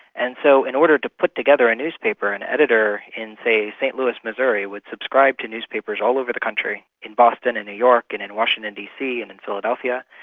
and so in order to put together a newspaper an and editor in, say, st louis missouri would subscribe to newspapers all over the country, in boston and new york and in washington dc and in philadelphia,